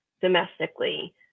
domestically